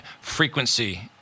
frequency